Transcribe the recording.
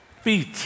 feet